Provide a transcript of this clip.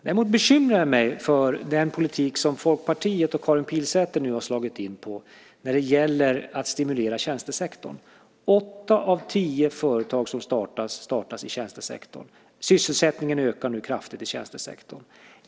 Däremot bekymrar jag mig för den politik som Folkpartiet och Karin Pilsäter nu har slagit in på när det gäller att stimulera tjänstesektorn. Åtta av tio företag som startas startas i tjänstesektorn. Sysselsättningen ökar nu kraftigt i tjänstesektorn.